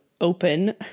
open